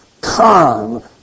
come